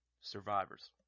Survivors